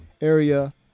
area